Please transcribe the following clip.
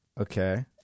Okay